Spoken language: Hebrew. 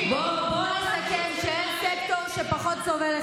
בואו נסכם שאין סקטור שפחות סובל,